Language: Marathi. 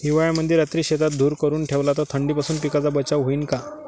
हिवाळ्यामंदी रात्री शेतात धुर करून ठेवला तर थंडीपासून पिकाचा बचाव होईन का?